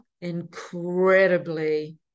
incredibly